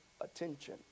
attention